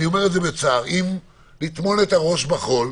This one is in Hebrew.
טומנים את הראש בחול.